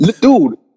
dude